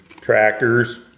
tractors